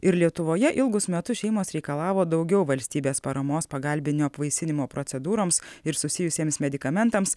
ir lietuvoje ilgus metus šeimos reikalavo daugiau valstybės paramos pagalbinio apvaisinimo procedūroms ir susijusiems medikamentams